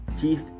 chief